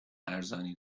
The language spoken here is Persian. ارزانی